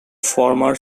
former